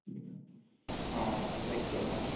अ जायखिजाया